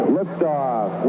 Liftoff